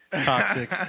Toxic